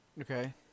Okay